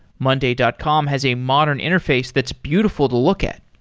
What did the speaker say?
monday dot com has a modern interface that's beautiful to look at.